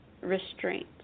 restraint